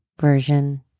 version